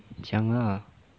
讲啦